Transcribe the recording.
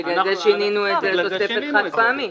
בגלל זה שינינו את זה לתוספת חד פעמית,